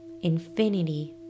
Infinity